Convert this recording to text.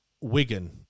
Wigan